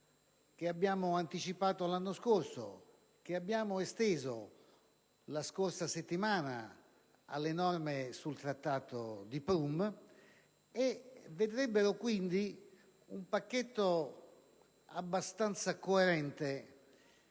che abbiamo anticipato l'anno scorso e che abbiamo esteso, la scorsa settimana, alle norme del Trattato di Prüm. Si tratta quindi di un pacchetto abbastanza coerente